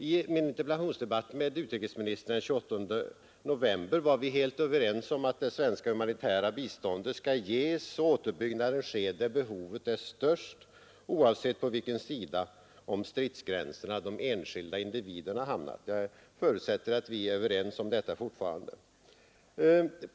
I min interpellationsdebatt med utrikesministern den 28 november var vi helt överens om att det svenska humanitära biståndet skall ges och återuppbyggnaden ske där behovet är störst, oavsett på vilken sida om stridsgränserna de enskilda individerna hamnat. Jag förutsätter att vi är överens om detta fortfarande.